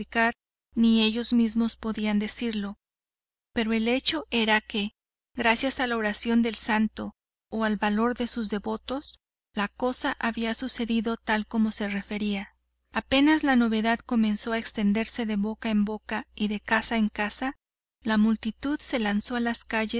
ni ellos mismos podían decirlo pero el hecho era que gracias a la oración del santo o al valor de sus devotos la cosa había sucedido tal como se refería apenas la novedad comenzó a extenderse de boca en boca y de casa en casa la multitud se lanzó a las